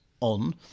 on